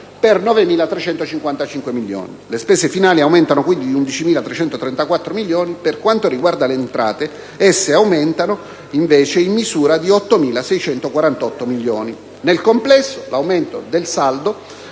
per 9.355 milioni; le spese finali aumentano quindi di 11.334 milioni. Per quanto riguarda le entrate, esse aumentano in misura di 8.648 milioni. Nel complesso l'aumento del saldo